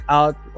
out